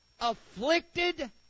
afflicted